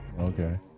Okay